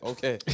Okay